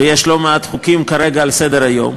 ויש לא מעט חוקים כרגע על סדר-היום,